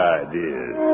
ideas